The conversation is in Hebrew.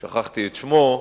שכחתי את שמו.